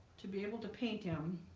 to be able to paint him